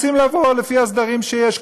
הם רוצים לבוא לפי ההסדרים שיש,